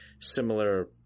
similar